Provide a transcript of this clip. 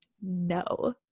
no